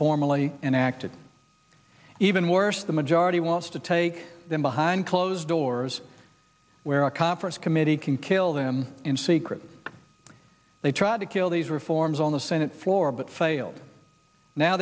formally enacted even worse the majority wants to take them behind closed doors where a conference committee can kill them in secret they tried to kill these reforms on the senate floor but failed now